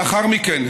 לאחר מכן,